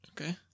Okay